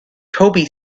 toby